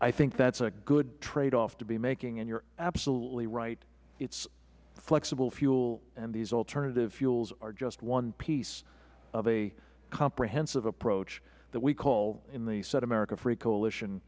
i think that is a good trade off to be making you are absolutely right it is flexible fuel and these alternative fuels are just one piece of a comprehensive approach that we call in the set america free coalition